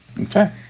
okay